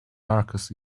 marcus